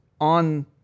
on